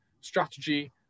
strategy